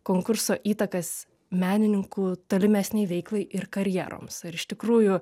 konkurso įtakas menininkų tolimesnei veiklai ir karjeroms ar iš tikrųjų